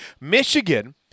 Michigan